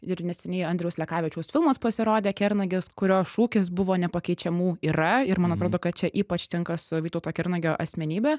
ir neseniai andriaus lekavičiaus filmas pasirodė kernagis kurio šūkis buvo nepakeičiamų yra ir man atrodo kad čia ypač tinka su vytauto kernagio asmenybe